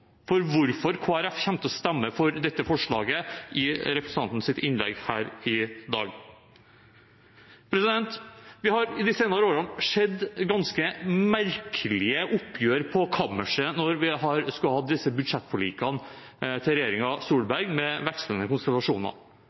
for hvorfor Kristelig Folkeparti kommer til å stemme for dette forslaget, i representantens innlegg her i dag. Vi har de senere årene sett ganske merkelige oppgjør på kammerset når vi skulle ha disse budsjettforlikene til regjeringen Solberg, med vekslende konstellasjoner.